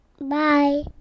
Bye